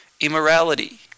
immorality